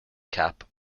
cap